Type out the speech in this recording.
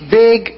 big